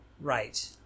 Right